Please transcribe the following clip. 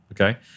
okay